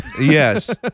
Yes